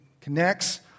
connects